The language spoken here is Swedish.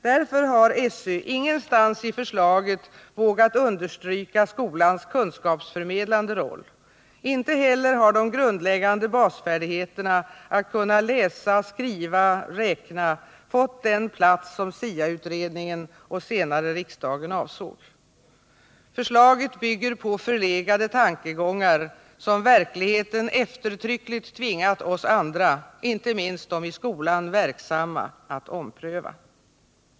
Därför har SÖ ingenstans i förslaget vågat understryka skolans kunskapsförmedlande roll; inte heller har de grundläggande basfärdigheterna — att kunna läsa, skriva, räkna — fått den plats som SIA-utredningen och senare riksdagen avsåg. Förslaget bygger på förlegade tankegångar som verkligheten eftertryckligt tvingat oss andra, inte minst de i skolan verksamma, att ompröva.